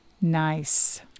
Nice